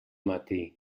matí